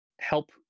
help